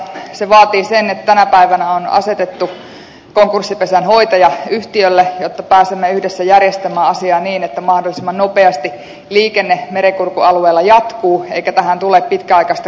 se vaatii sen että tänä päivänä on asetettu konkurssipesän hoitaja yhtiölle jotta pääsemme yhdessä järjestämään asiaa niin että mahdollisimman nopeasti liikenne merenkurkun alueella jatkuu eikä tähän tule pitkäaikaista katkosta